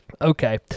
Okay